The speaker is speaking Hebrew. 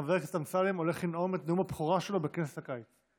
חבר הכנסת אמסלם הולך לנאום את נאום הבכורה שלו בכנס הקיץ.